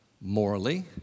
morally